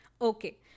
Okay